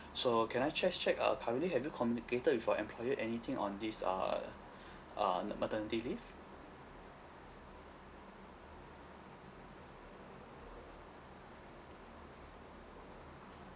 so can I just check uh currently have you communicated with your employer anything on this uh uh uh na~ maternity leave